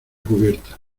cubierta